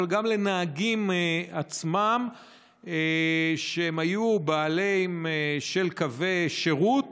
אבל גם לנהגים עצמם שהיו בעלים של קווי שירות,